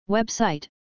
Website